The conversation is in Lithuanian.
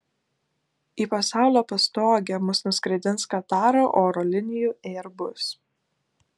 į pasaulio pastogę mus nuskraidins kataro oro linijų airbus